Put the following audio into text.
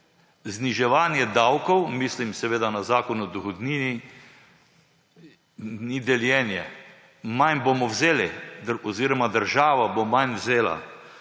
zniževanje davkov – mislim seveda na Zakon o dohodnini – ni deljenje; manj bomo vzeli oziroma država bo manj vzela.